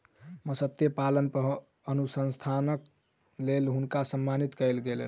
मत्स्य पालन पर अनुसंधानक लेल हुनका सम्मानित कयल गेलैन